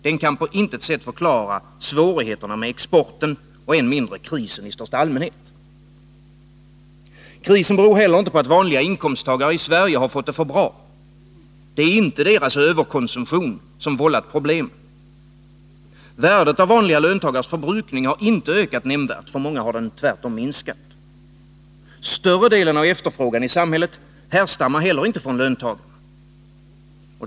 Den kan på intet sätt förklara svårigheterna med exporten och än mindre krisen i allmänhet. Krisen beror heller inte på att vanliga inkomsttagare i Sverige har fått det för bra. Det är inte deras överkonsumtion som vållat problemen. Värdet av vanliga löntagares förbrukning har inte ökat nämnvärt — för många har det tvärtom minskat. Större delen av efterfrågan i samhället härstammar heller inte från löntagarna.